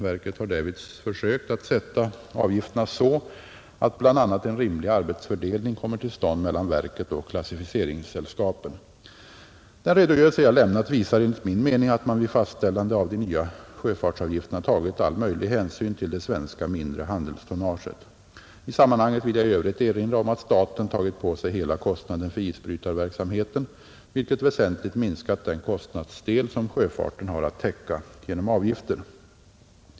Verket har därvid försökt att sätta avgifterna så att bl.a. en rimlig arbetsfördelning kommer till stånd mellan verket och klassificeringssällskapen. Den redogörelse jag lämnat visar enligt min mening att man vid fastställande av de nya sjöfartsavgifterna tagit all möjlig hänsyn till det svenska mindre handelstonnaget. I sammanhanget vill jag i övrigt erinra om att staten tagit på sig hela kostnaden för isbrytarverksamheten, vilket väsentligt minskat den kostnadsdel som sjöfarten har att täcka genom avgifter.